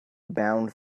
bound